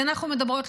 כי אנחנו מדברות,